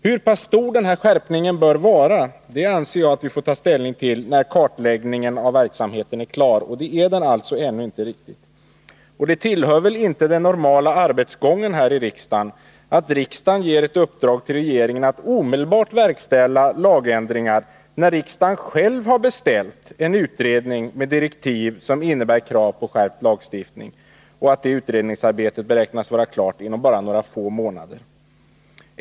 Hur stor skärpningen bör vara anser jag att vi får ta ställning till när kartläggningen av verksamheten är klar, och det är den alltså ännu inte riktigt. Det tillhör inte den normala arbetsgången i riksdagen att riksdagen uppdrar åt regeringen att omedelbart verkställa lagändringar, när riksdagen själv har beställt en utredning med direktiv som innebär krav på skärpt lagstiftning, och det utredningsarbetet beräknas vara klart inom några få månader.